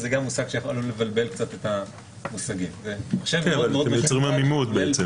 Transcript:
וזה מושג שיכול לבלבל קצת -- אתם יוצרים עמימות.